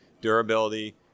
durability